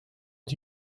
het